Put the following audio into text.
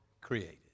created